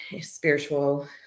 spiritual